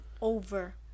over